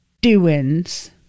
doings